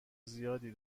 زیادی